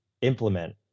implement